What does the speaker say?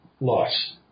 loss